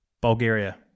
Bulgaria